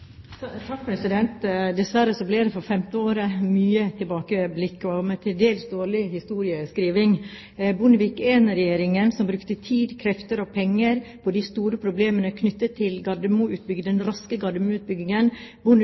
Dessverre blir det, for femte år på rad, mye tilbakeblikk med til dels dårlig historieskriving: Jeg vil bare nevne: Bondevik I-regjeringen, som brukte tid, krefter og penger på de store problemene knyttet til